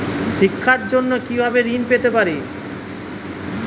শিক্ষার জন্য কি ভাবে ঋণ পেতে পারি?